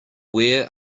where